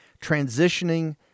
transitioning